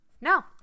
No